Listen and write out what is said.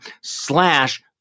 slash